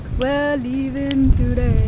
we're leavin today